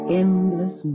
endless